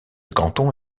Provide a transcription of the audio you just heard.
canton